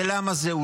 ולמה זה?